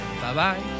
bye-bye